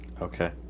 Okay